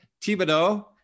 Thibodeau